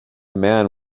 man